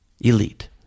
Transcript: elite